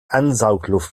ansaugluft